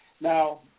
Now